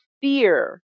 fear